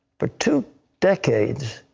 for two decades,